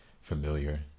familiar